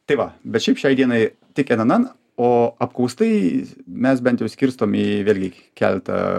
tai va bet šiaip šiai dienai tik n n n o apkaustai mes bent jau skirstom į vėlgi keletą